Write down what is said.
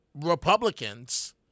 Republicans